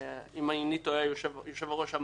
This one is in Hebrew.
אם איני טועה, היושב-ראש אמר שיש